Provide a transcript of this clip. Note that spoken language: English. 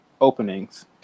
openings